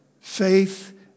Faith